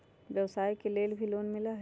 व्यवसाय के लेल भी लोन मिलहई?